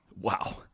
Wow